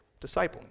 Discipling